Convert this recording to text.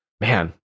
Man